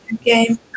game